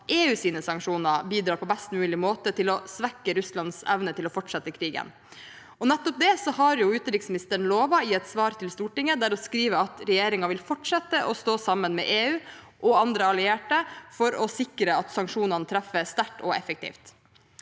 EUs sanksjoner bidrar på best mulig måte til å svekke Russlands evne til å fortsette krigen. Til nettopp det har utenriksministeren lovet, i et svar til Stortinget, at regjeringen vil fortsette å stå sammen med EU og andre allierte for å sikre at sanksjonene treffer sterkt og effektivt.